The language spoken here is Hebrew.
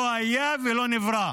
לא היה ולא נברא.